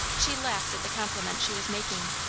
she laughed at the compliment she was making,